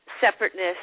separateness